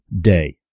day